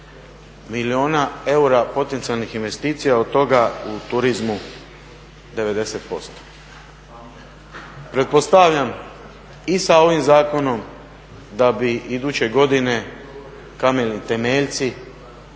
milijuna eura potencijalnih investicija, od toga u turizmu 90%. Pretpostavljam i sa ovim zakonom da bi iduće godine kameni temeljci,